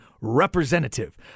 representative